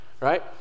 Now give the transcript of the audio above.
right